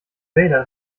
vader